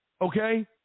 okay